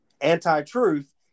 anti-truth